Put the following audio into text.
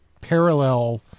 parallel